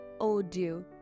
Audio